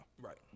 Right